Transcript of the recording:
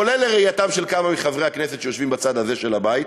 כולל לראייתם של כמה מחברי הכנסת שיושבים בצד הזה של הבית,